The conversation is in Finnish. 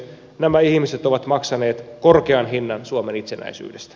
nämä ihmiset ovat maksaneet korkean hinnan suomen itsenäisyydestä